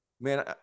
Man